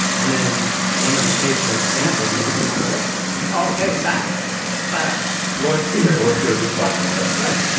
and then one of the tapes i sampled and we put on a record oh, ok. fact, yeah fact lord sear lord sear beatboxing, right? right